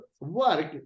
work